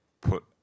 put